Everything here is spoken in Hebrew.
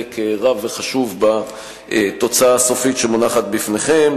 רב וחשוב בתוצאה הסופית שמונחת בפניכם,